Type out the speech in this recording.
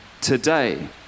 today